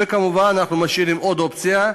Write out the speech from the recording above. וכמובן, אנחנו משאירים עוד אופציה: